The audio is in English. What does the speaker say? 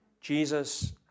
Jesus